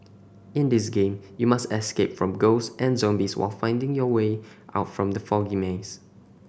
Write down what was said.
in this game you must escape from ghosts and zombies while finding your way out from the foggy maze